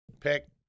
pick